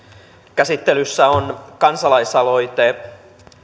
käsittelyssä on kansalaisaloite siitä että